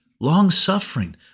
long-suffering